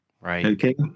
Right